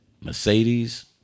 Mercedes